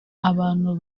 abantu